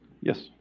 Yes